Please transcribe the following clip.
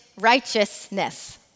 righteousness